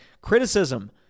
Criticism